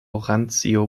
randzio